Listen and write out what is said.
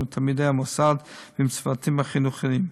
תלמידי המוסד ועם הצוותים החינוכיים.